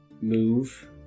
move